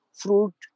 fruit